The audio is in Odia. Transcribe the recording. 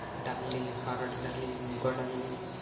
ଡାଲି ହରଡ଼ ଡାଲି ମୁଗ ଡାଲି